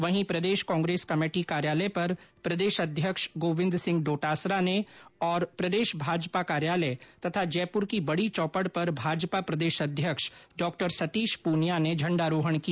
वहीं प्रदेश कांग्रेस कमेटी कार्यालय पर प्रदेश अध्यक्ष गोविंद सिंह डोटासरा ने और प्रदेश भाजपा कार्यालय तथा जयपुर की बड़ी चौपड़ पर भाजपा प्रदेश अध्यक्ष डॉ सतीश पूनिया ने झण्डारोहण किया